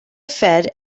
fed